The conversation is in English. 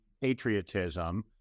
patriotism